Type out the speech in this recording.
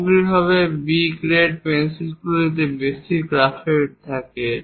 সামগ্রিকভাবে B grade পেন্সিলগুলিতে বেশি গ্রাফাইট থাকে